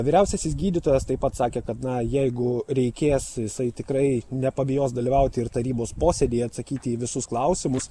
vyriausiasis gydytojas taip pat sakė kad na jeigu reikės jisai tikrai nepabijos dalyvauti ir tarybos posėdyje atsakyti į visus klausimus